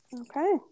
Okay